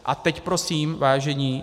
A teď prosím, vážení.